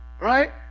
Right